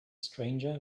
stranger